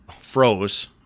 froze